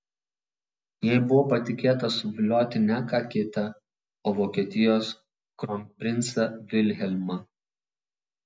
jai buvo patikėta suvilioti ne ką kitą o vokietijos kronprincą vilhelmą